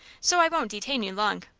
so i won't detain you long.